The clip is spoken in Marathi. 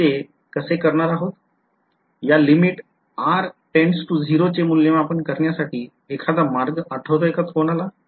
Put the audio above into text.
या लिमिट r tends to 0 चे मूल्यमापन करण्यासाठी एखादा मार्ग आठवतोय का कोणाला